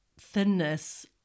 thinness